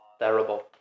terrible